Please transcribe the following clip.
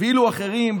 ואילו אחרים,